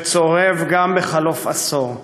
שצורב גם בחלוף עשור.